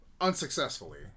unsuccessfully